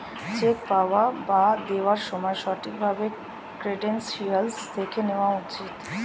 check পাওয়া বা দেওয়ার সময় ঠিক ভাবে ক্রেডেনশিয়াল্স দেখে নেওয়া উচিত